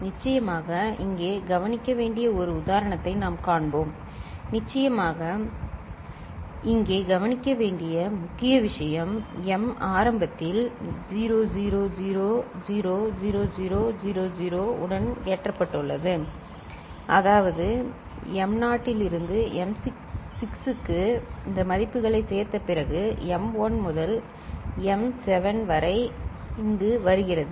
நிச்சயமாக இங்கே கவனிக்க வேண்டிய ஒரு உதாரணத்தை நாம் காண்போம் நிச்சயமாக இங்கே கவனிக்க வேண்டிய முக்கிய விஷயம் m ஆரம்பத்தில் 00000000 உடன் ஏற்றப்பட்டுள்ளது அதாவது m0 லிருந்து m6 க்கு இந்த மதிப்புகளை சேர்த்த பிறகு m1 முதல் m7 வரை இங்கு வருகிறது